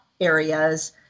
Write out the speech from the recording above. areas